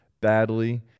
badly